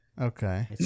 Okay